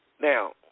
Now